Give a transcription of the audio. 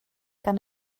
gan